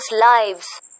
lives